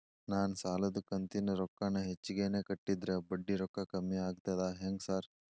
ನಾನ್ ಸಾಲದ ಕಂತಿನ ರೊಕ್ಕಾನ ಹೆಚ್ಚಿಗೆನೇ ಕಟ್ಟಿದ್ರ ಬಡ್ಡಿ ರೊಕ್ಕಾ ಕಮ್ಮಿ ಆಗ್ತದಾ ಹೆಂಗ್ ಸಾರ್?